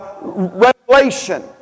revelation